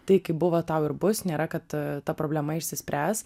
tai kaip buvo tau ir bus nėra kad ta problema išsispręs